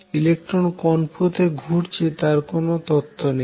electron কোন পথে ঘরছে তার কোনো তত্ত্ব নেই